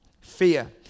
Fear